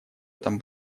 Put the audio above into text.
этом